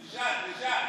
תשאל.